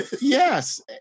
Yes